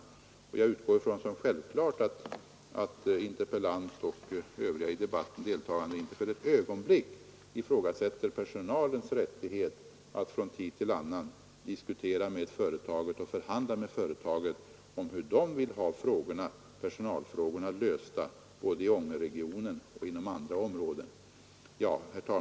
Jag utgår från som självklart att interpellanten och övriga i debatten deltagande inte för ett ögonblick ifrågasätter personalens rättighet att från tid till annan diskutera med företaget och förhandla med företaget om hur den vill ha personalfrågorna lösta både i Ångeregionen och inom andra områden.